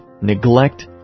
neglect